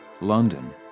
london